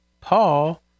Paul